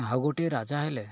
ଆଉ ଗୋଟିଏ ରାଜା ହେଲେ